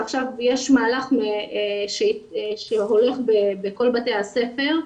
עכשיו יש מהלך שהולך בכל בתי הספר,